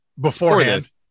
beforehand